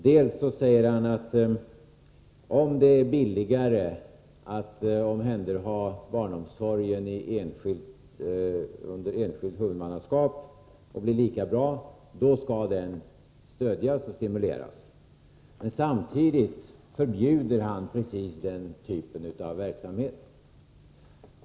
Dels säger han att om det är billigare att omhänderha barnomsorgen under enskilt huvudmannaskap och den blir lika bra, då skall detta stödjas och stimuleras. Men samtidigt förbjuder han precis den typen av verksamhet.